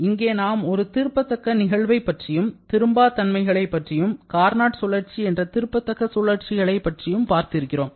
இங்கே நாம் ஒரு திருப்பத்தக்க நிகழ்வை பற்றியும் திரும்பா தன்மைகளைப் பற்றியும் கார்னாட் சுழற்சி என்ற திருப்பத்தக்க சுழற்சியை பற்றியும் பார்த்திருக்கிறோம்